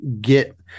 get